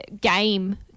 game